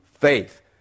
faith